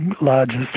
largest